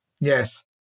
Yes